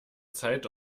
zeit